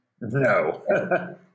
No